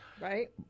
right